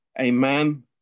Amen